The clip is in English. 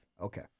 Okay